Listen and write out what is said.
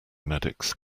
medics